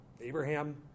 Abraham